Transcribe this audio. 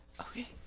okay